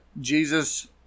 Jesus